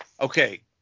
okay